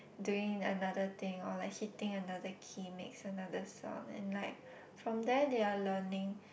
doing another thing or like hitting another key makes another sound and like from there they are learning